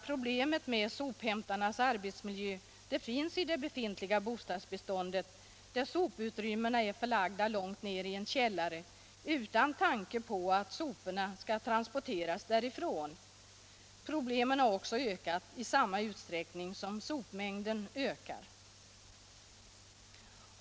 Problemet med sophämtarnas arbetsmiljö finns i det befintliga bostadsbeståndet, där soputrymmena är förlagda långt ned i en källare utan tanke på att soporna måste transporteras därifrån. Problemen har också förvärrats i samma utsträckning som sopmängden ökat.